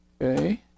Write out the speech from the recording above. okay